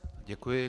Děkuji.